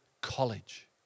College